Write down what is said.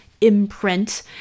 imprint